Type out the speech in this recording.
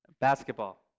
Basketball